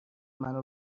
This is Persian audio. منو